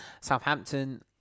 Southampton